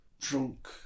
drunk